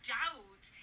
doubt